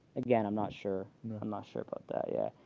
again, i'm not sure. i'm not sure about that. yeah.